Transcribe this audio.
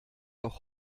noch